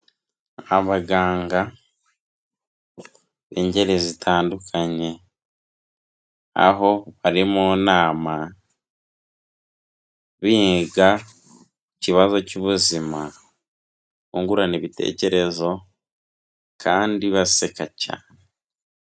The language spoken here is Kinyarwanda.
Abaganga b'ingeri zitandukanye, aho bari mu nama, biga kibazo cy'ubuzima, bungurana ibitekerezo kandi baseka cyane.